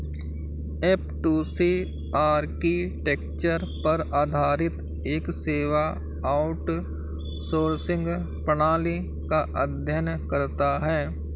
F two C architecture पर आधारित एक सेवा आउटसोर्सिंग प्रणाली का अध्ययन करता है